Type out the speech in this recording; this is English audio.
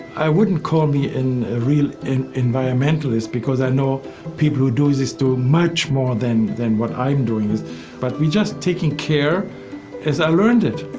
i wouldn't call me and a real and environmentalist because i know people who do this do much more than than what i'm doing. but we just taking care as i learned it.